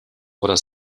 oder